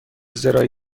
زراعی